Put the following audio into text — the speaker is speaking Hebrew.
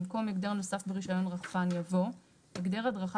במקום "הגדר נוסף ברישיון רחפן" יבוא "הגדר הדרכה